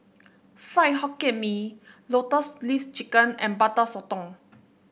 Fried Hokkien Mee Lotus Leaf Chicken and Butter Sotong